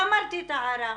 ואמרתי את ההערה.